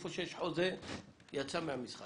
איפה שיש חוזה - זה יצא מהמשחק.